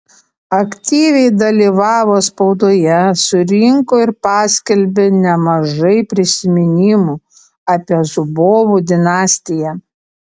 aktyviai dalyvavo spaudoje surinko ir paskelbė nemažai prisiminimų apie zubovų dinastiją